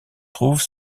trouve